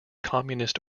communist